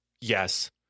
Yes